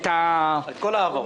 את כל ההעברות?